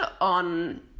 on